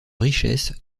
richesse